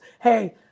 Hey